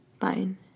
Fine